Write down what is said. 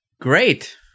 Great